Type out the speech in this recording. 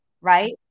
right